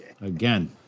Again